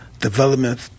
development